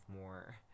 more